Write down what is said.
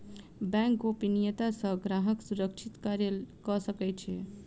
bank गोपनियता सॅ ग्राहक सुरक्षित कार्य कअ सकै छै